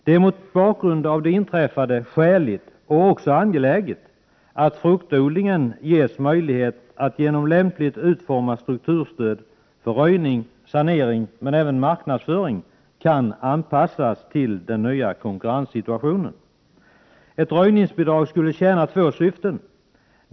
Det är mot bakgrund av det inträffade skäligt, och också angeläget, att fruktodlingen ges möjlighet att genom lämpligt utformat strukturstöd för röjning, sanering och även marknadsföring anpassas till den nya konkurrenssituationen. Ett röjningsbidrag skulle tjäna två syften.